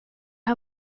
har